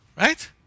right